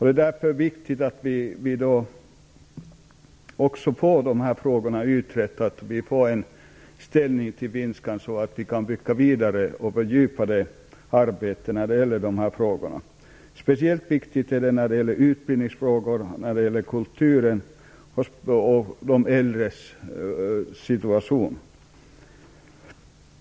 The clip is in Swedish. Det är därför viktigt att vi också får dessa frågor utredda, så att finskan får en sådan ställning att vi kan bygga vidare på och fördjupa arbetet i dessa frågor. Speciellt viktigt är det när det gäller utbildning, kultur och de äldres situation.